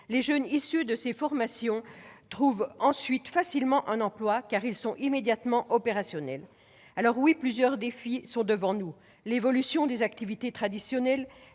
Les jeunes issus de ces formations trouvent ensuite facilement un emploi, car ils sont immédiatement opérationnels. Plusieurs défis sont devant nous : l'évolution des activités traditionnelles,